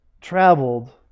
traveled